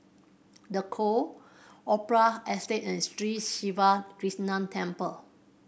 the call Opera Estate and Sri Siva Krishna Temple